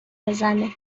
بزنه